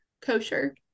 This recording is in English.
kosher